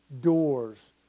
doors